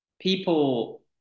people